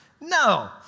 No